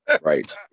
Right